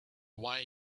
why